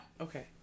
Okay